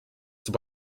zum